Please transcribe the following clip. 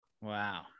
Wow